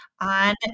on